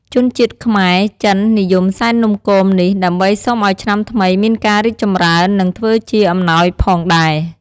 ជនជាតិខ្មែរ-ចិននិយមសែននំគមនេះ ដើម្បីសុំឱ្យឆ្នាំថ្មីមានការរីកចម្រើននិងធ្វើជាអំណោយផងដែរ។